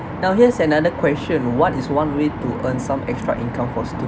now here's another question what is one way to earn some extra income for students